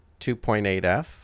2.8F